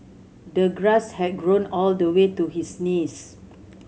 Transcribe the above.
the grass had grown all the way to his knees